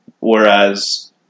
whereas